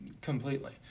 Completely